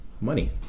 Money